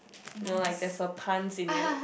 no like there's a puns in it